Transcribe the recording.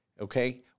Okay